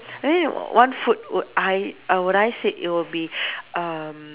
one food would I I would I say it will be um